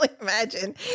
Imagine